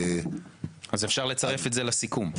אז אפשר לצרף את זה לסיכום.